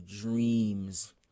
dreams